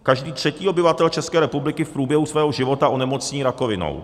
Každý třetí obyvatel České republiky v průběhu svého života onemocní rakovinou.